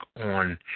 on